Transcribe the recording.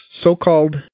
so-called